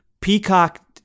Peacock